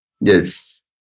Yes